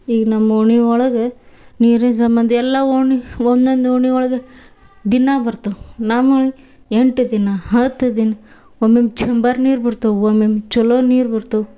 ಈಗ ನಮ್ಮ ಓಣಿಯೊಳಗ ನೀರಿನ ಸಂಬಂಧ ಎಲ್ಲ ಓಣಿ ಒಂದೊಂದು ಓಣಿಯೊಳ್ಗ್ ದಿನಾ ಬರ್ತವೆ ನಮ್ಮ ಓಣಿ ಎಂಟು ದಿನ ಹತ್ತು ದಿನ ಒಮ್ಮೊಮ್ಮೆ ಛಂಬರ್ ನೀರು ಬಿಡ್ತವೆ ಒಮ್ಮೊಮ್ಮೆ ಚಲೋ ನೀರು ಬರ್ತವೆ